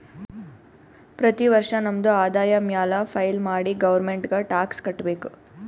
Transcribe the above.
ಪ್ರತಿ ವರ್ಷ ನಮ್ದು ಆದಾಯ ಮ್ಯಾಲ ಫೈಲ್ ಮಾಡಿ ಗೌರ್ಮೆಂಟ್ಗ್ ಟ್ಯಾಕ್ಸ್ ಕಟ್ಬೇಕ್